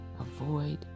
avoid